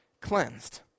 cleansed